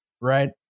right